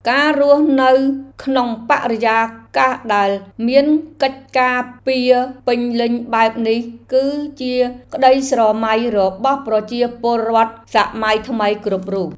ការរស់នៅក្នុងបរិយាកាសដែលមានកិច្ចការពារពេញលេញបែបនេះគឺជាក្តីស្រមៃរបស់ប្រជាពលរដ្ឋសម័យថ្មីគ្រប់រូប។